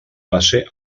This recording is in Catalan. base